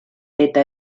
eta